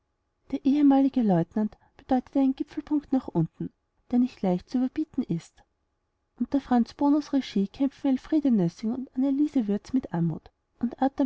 der ehemalige leutnant bedeutet einen gipfelpunkt nach unten der nicht leicht zu überbieten ist unter franz bonnos regie kämpften elfriede nossing und anneliese würtz mit anmut und